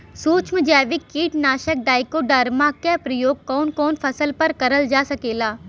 सुक्ष्म जैविक कीट नाशक ट्राइकोडर्मा क प्रयोग कवन कवन फसल पर करल जा सकेला?